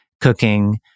cooking